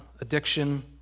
addiction